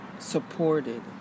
supported